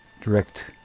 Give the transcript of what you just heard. direct